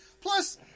Plus